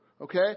Okay